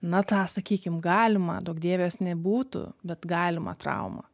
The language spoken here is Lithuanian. na tą sakykim galimą duok dieve jos nebūtų bet galimą traumą